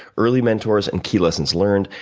early mentors and key lessons learned,